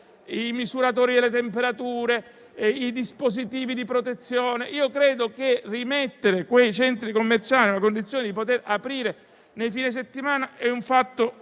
i misuratori delle temperature e i dispositivi di protezione. Credo che rimettere i centri commerciali nella condizione di riaprire nei fine settimana sia una